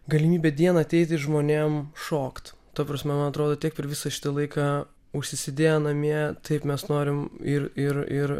galimybė dieną ateiti žmonėm šokt ta prasme man atrodo tiek per visą šitą laiką užsisėdėję namie taip mes norim ir ir ir